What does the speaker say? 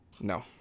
No